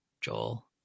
Joel